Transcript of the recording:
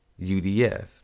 udf